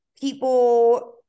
people